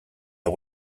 hau